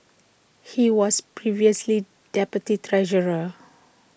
he was previously deputy treasurer